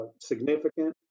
significant